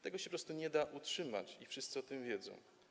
Tego się po prostu nie da utrzymać i wszyscy o tym wiedzą.